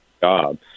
jobs